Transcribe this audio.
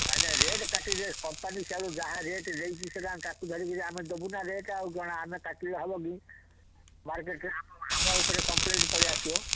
ନାଇଁ ନାଇଁ ରେଟ୍ କାଟିଲେ କମ୍ପାନୀ ସବୁ ଯାହା ରେଟ୍ ଦେଇଛି ସିନା ତାକୁ ଧରିକିରି ଆମେ ଦେବୁନା ରେଟ୍ ଆଉ କ'ଣ ଆମେ କାଟିଲେ ହବକି ମାର୍କେଟରେ ଆମ ଆମ ଉପରେ କମ୍ପ୍ଲେନ୍ ପଳେଇ ଆସିବ